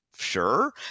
sure